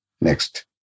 next